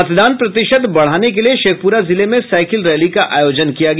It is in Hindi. मतदान प्रतिशत बढ़ाने के लिए शेखपुरा जिले में साइकिल रैली का आयोजन किया गया